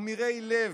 מכמירי לב,